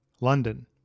London